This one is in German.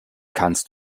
kannst